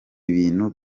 ibintu